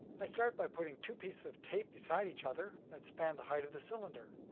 i start by putting two pieces of tape beside each other that span the height of the cylinder.